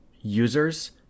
users